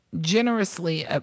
generously